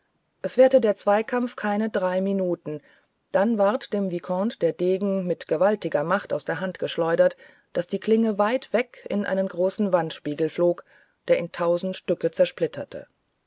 es währte der zweikampf keine drei minuten da ward dem vicomte der degen mit gewaltiger macht aus der hand geschleudert daß die klinge weit weg in einen großen wandspiegel flog der in tausend stücke zersplitterte